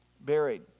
buried